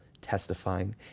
testifying